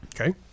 Okay